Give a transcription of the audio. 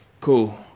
Cool